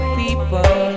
people